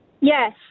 Yes